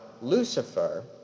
Lucifer